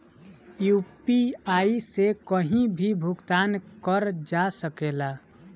UPI से कहीं भी भुगतान कर जा सकेला?